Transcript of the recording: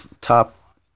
top